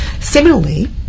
Similarly